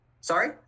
Sorry